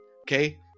Okay